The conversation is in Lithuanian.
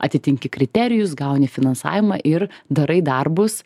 atitinki kriterijus gauni finansavimą ir darai darbus